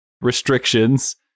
restrictions